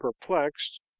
perplexed